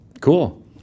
cool